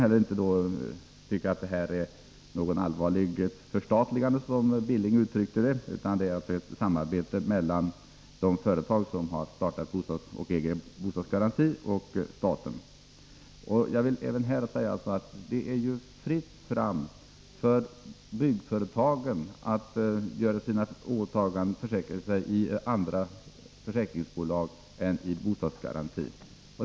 Vi tycker inte att säkring som villkor : s2 Ba för bostadslån till det är något allvarligt förstatligande, som Knut Billing uttryckte det, utan att det är ett samarbete mellan de företag som startade AB Bostadsgaranti och staten. Det är fritt fram för byggföretagen att försäkra sig i andra försäkringsbolag än i AB Bostadsgaranti.